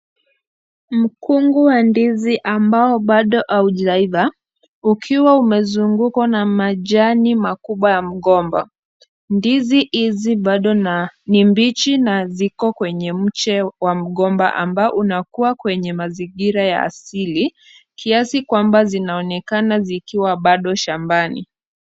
Mkungu wa ndizi ambao bado haujaiva ukiwa umezungukwa na majani makubwa ya mgomba, ndizi hizi bado ni mbichi na ziko kwenye mche wa mgomba ambao unakua kwenye mazingira ya asili, kiasi kwamba zinaonekana zikiwa bado shambani.